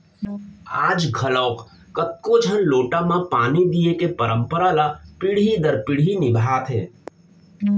आज घलौक कतको झन लोटा म पानी दिये के परंपरा ल पीढ़ी दर पीढ़ी निभात हें